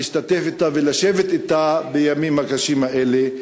להשתתף אתה ולשבת אתה בימים הקשים האלה,